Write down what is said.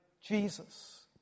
Jesus